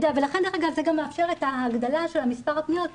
זה גם מאפשר את הגדלת מספר הפניות,